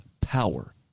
power